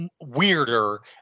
Weirder